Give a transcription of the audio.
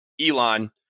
Elon